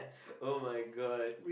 [oh]-my-god